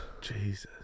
Jesus